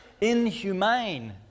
inhumane